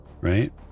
Right